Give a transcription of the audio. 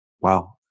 wow